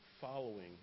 following